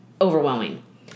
overwhelming